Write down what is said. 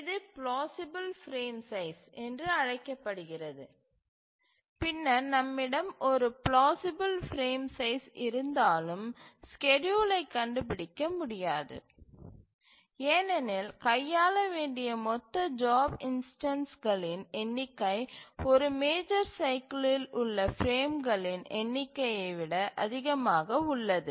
இது plausible frame size என்று அழைக்கப்படுகிறது பின்னர் நம்மிடம் ஒரு ப்ளாசிபில் பிரேம் சைஸ் இருந்தாலும் ஸ்கேட்யூலை கண்டுபிடிக்க முடியாது ஏனெனில் கையாள வேண்டிய மொத்த ஜாப் இன்ஸ்டன்ஸ்களின் எண்ணிக்கை ஒரு மேஜர் சைக்கிலில் உள்ள பிரேம்களின் எண்ணிக்கையை விட அதிகமாக உள்ளது